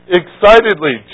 excitedly